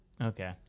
Okay